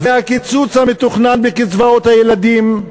והקיצוץ המתוכנן בקצבאות הילדים.